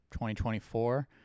2024